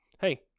Hey